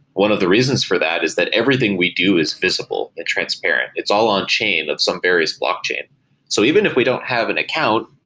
one of the reasons for that is that everything we do is visible and transparent. it's all on chain at some various blockchain so even if we don't have an account,